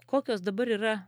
kokios dabar yra